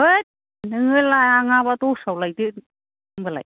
होत नोङो लाङाबा दस्रायाव लायदो होनबालाय